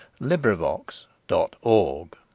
LibriVox.org